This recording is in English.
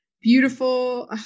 beautiful